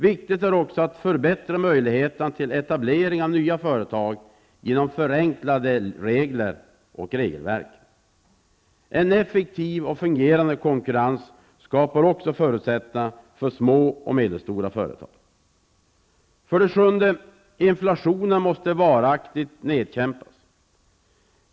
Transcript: Viktigt är också att förbättra möjligheterna till etablering av nya företag genom förenklade regler. En effektiv och fungerande konkurrens skapar också förutsättningar för små och medelstora företag. 7. Inflationen måste varaktigt nedkämpas.